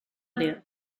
det